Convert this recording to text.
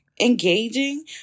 engaging